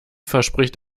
verspricht